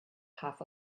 half